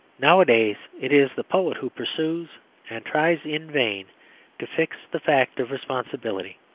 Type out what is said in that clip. nowadays it is the poet who pursues and tries in vain to fix the fact of responsibility.